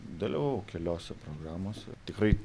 dalyvavau keliose programose tikrai